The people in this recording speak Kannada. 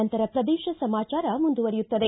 ನಂತರ ಪ್ರದೇಶ ಸಮಾಚಾರ ಮುಂದುವರಿಯುತ್ತದೆ